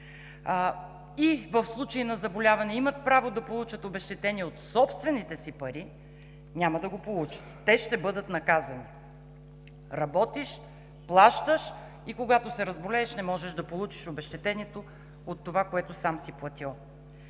и в случай на заболяване имат право да получат обезщетение от собствените си пари, няма да го получат. Те ще бъдат наказани! Работиш, плащаш, а когато се разболееш, не може да получиш обезщетението от това, което сам си платил.